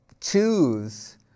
choose